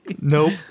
Nope